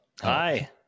hi